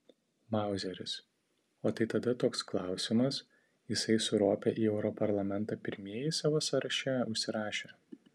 mauzeris o tai tada toks klausimas jisai su rope į europarlamentą pirmieji savo sąraše užsirašę